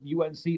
UNC